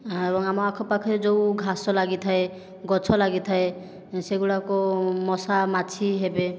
ଆଉ ଆମ ଆଖ ପାଖରେ ଯେଉଁ ଘାସ ଲାଗିଥାଏ ଗଛ ଲାଗିଥାଏ ସେଗୁଡ଼ିକ ମଶା ମାଛି ହେବେ